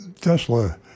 Tesla